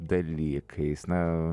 dalykais na